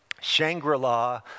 Shangri-La